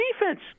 defense